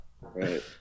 right